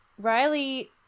Riley